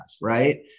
right